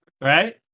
Right